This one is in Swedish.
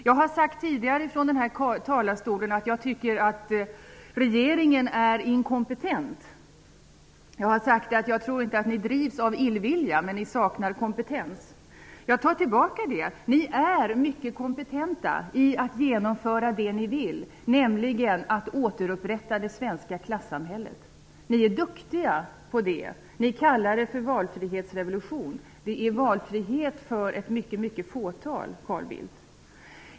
Jag har sagt tidigare i denna talarstol att jag tycker att regeringen är inkompetent. Jag har också sagt: Jag tror inte att ni drivs av illvilja. Men ni saknar kompetens. Jag tar tillbaka det. Ni är mycket kompetenta i att genomföra det ni vill, nämligen återupprätta det svenska klassamhället. Ni är duktiga på det. Ni kallar det för valfrihetsrevolution. Men det är valfrihet för mycket mycket få människor, Carl Bildt!